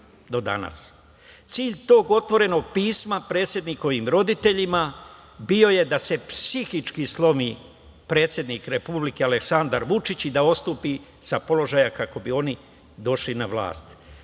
Cilj tog otvorenog pisma predsednikovim roditeljima bio je da se psihički slomi predsednik Republike Aleksandar Vučić i da odstupi sa položaja, kako bi oni došli na vlast. Taman